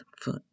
foot